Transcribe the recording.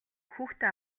хүүхдээ